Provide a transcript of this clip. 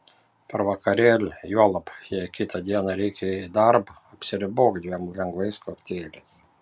per vakarėlį juolab jei kitą dieną reikia į darbą apsiribok dviem lengvais kokteiliais